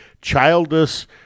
childish